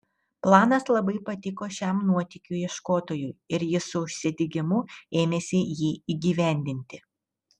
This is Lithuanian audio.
planas labai patiko šiam nuotykių ieškotojui ir jis su užsidegimu ėmėsi jį įgyvendinti